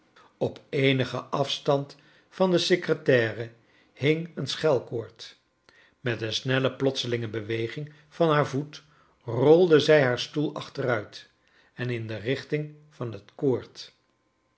op eenigen afstand van de secretaire hing een schelkoord met een snelle plotselinge beweging van haar j voet rolde zij haar stoel achteruit en in de richting van het koord